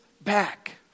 back